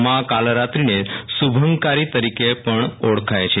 મા કાલરાત્રીને શુભમકારી તરીકે પણ ઓળખાય છે